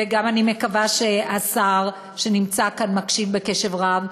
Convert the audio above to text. ואני גם מקווה שהשר שנמצא כאן מקשיב בקשב רב,